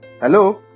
hello